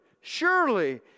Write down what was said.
surely